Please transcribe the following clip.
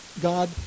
God